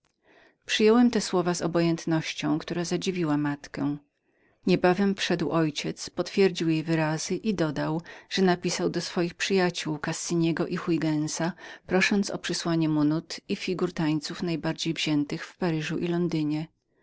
przyjąłem te słowa z obojętnością która zadziwiła moją matkę niebawem wszedł mój ojciec potwierdził jej wyrazy i dodał że napisał do swoich przyjaciół kossiniego i hughensa prosząc o przysłanie mu nót i figur tańców najbardziej wziętych w paryżu i londynie